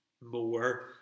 more